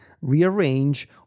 rearrange